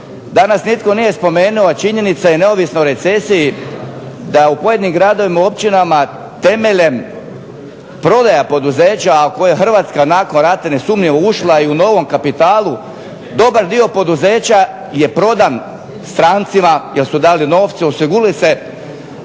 Danas nitko nije spomenuo činjenice i neovisno o recesiji da u pojedinim gradovima i općinama temeljem prodaje poduzeća, a u kojoj Hrvatska nakon rata nesumnjivo ušla, i u novom kapitalu dobar dio poduzeća je prodan strancima, jer su dali novce i osigurali se